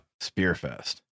Spearfest